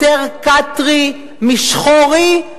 יותר כתרי משחורי,